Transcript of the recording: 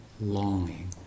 longing